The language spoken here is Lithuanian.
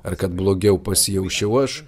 ar kad blogiau pasijaučiau aš